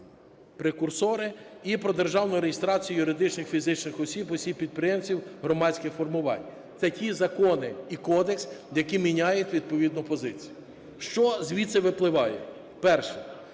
прекурсори" і "Про державну реєстрацію юридичних, фізичних осіб -підприємців та громадських формувань". Це ті закони і кодекс, які міняють відповідну позицію. Що звідси випливає? Перше